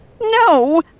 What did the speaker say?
No